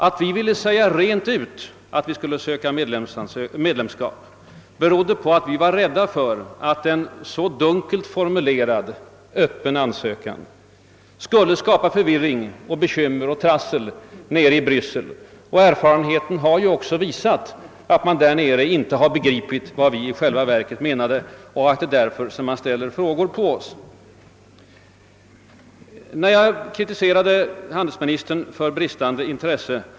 Att vi ville säga rent ut att Sverige skulle söka medlemskap berodde på att vi var rädda för att en dunkelt formulerad öppen ansökan skulle skapa förvirring, bekymmer och trassel i Bryssel. Erfarenheten har också bekräftat att man där nere inte begripit vad vi i själva verket menade och att det är därför man ställer frågor till oss. Jag kritiserade handelsministern för bristande intresse.